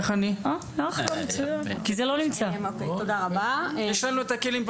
יש לנו את הכלים,